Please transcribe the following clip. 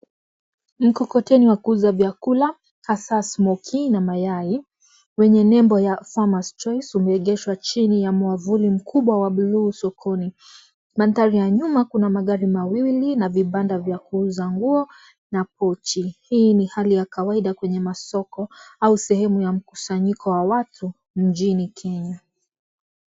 Mkokoteni wa kuuza vyakula hasaa smokii na mayai wenye nembo ya farmers choice umeegeshwa chini ya mwavuli mkubwa wa buluu sokoni, mandhari ya nyuma kuna magari mawili na vibanda vya kuuza nguo na pochi, hii ni hali ya kawaida kwenye masoko au sehemu ya mkusanyiko wa watu mjiini Kenya.